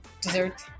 dessert